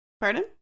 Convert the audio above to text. Pardon